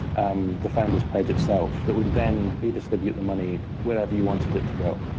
um the founder's pledge itself, that would then redistribute the money wherever you wanted it to go.